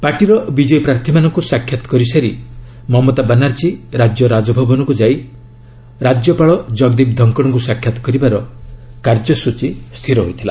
ପାର୍ଟିର ବିଜୟୀ ପ୍ରାର୍ଥୀମାନଙ୍କୁ ସାକ୍ଷାତ କରି ସାରି ମମତା ବାନାର୍ଜୀ ରାଜ୍ୟ ରାଜଭବନକୁ ଯାଇ ରାଜ୍ୟପାଳ ଜଗଦୀପ ଧଙ୍କଡ଼୍କୁ ସାକ୍ଷାତ କରିବାର କାର୍ଯ୍ୟସଚୀ ଥିଲା